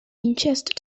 winchester